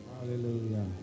Hallelujah